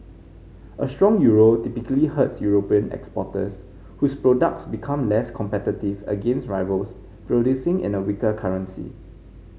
a strong euro typically hurts European exporters whose products become less competitive against rivals producing in a weaker currency